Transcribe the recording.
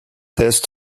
test